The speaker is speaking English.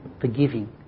forgiving